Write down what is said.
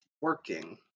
working